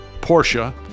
Porsche